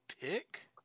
pick